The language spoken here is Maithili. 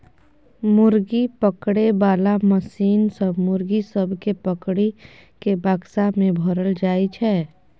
मुर्गा पकड़े बाला मशीन सँ मुर्गा सब केँ पकड़ि केँ बक्सा मे भरल जाई छै